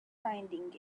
finding